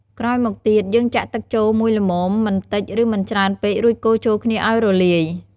ក្រោយមកទៀត យើងចាក់ទឹកចូលមួយល្មម មិនតិច ឬមិនច្រើនពេក រួចកូរចូលគ្នាឱ្យរលាយ។